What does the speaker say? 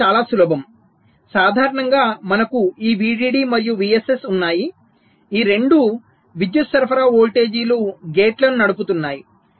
ఆలోచన చాలా సులభం సాధారణంగా మనకు ఈ VDD మరియు VSS ఉన్నాయి ఈ రెండు విద్యుత్ సరఫరా వోల్టేజీలు గేట్లను నడుపుతున్నాయి